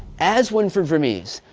as winfried vermijs,